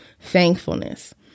thankfulness